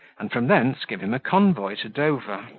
and from thence give him a convoy to dover.